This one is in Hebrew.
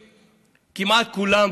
כמעט כולם,